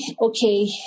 okay